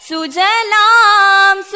Sujalam